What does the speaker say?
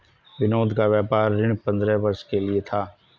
विनोद का व्यापार ऋण पंद्रह वर्ष के लिए था